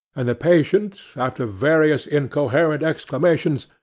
and the patient, after various incoherent exclamations,